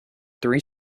three